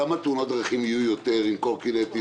כמה תאונות דרכים יהיו עם קורקינטים